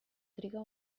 triga